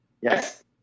Yes